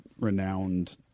renowned